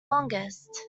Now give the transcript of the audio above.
longest